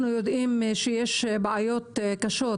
אנחנו יודעים שיש בעיות קשות